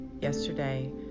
Yesterday